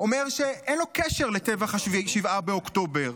אומר שאין לו קשר לטבח 7 באוקטובר.